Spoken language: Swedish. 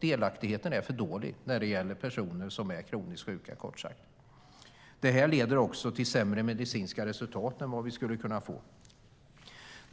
Delaktigheten är för dålig när det gäller personer som är kroniskt sjuka. Detta leder också till sämre medicinska resultat.